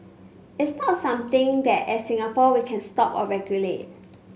it's not something that as Singapore we can stop or regulate